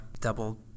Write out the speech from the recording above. double